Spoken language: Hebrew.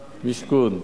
ולמשכון.